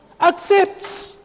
accepts